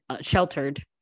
sheltered